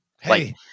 Hey